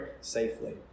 safely